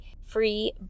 free